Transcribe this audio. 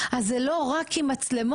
זה צריך להיות לא רק עם מצלמות.